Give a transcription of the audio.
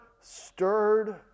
stirred